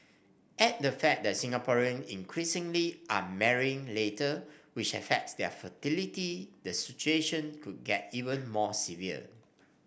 add the fact that Singaporean increasingly are marrying later which affects their fertility the situation could get even more severe